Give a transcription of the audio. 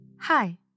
Hi